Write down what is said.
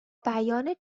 بیان